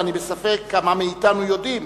ואני בספק כמה מאתנו יודעים,